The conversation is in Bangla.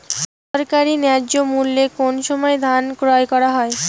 সরকারি ন্যায্য মূল্যে কোন সময় ধান ক্রয় করা হয়?